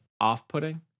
off-putting